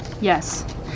Yes